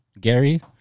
Gary